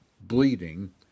bleeding